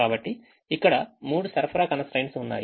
కాబట్టి ఇక్కడ 3 సరఫరా constraints ఉన్నాయి